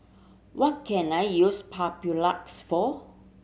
what can I use Papulex for